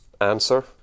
answer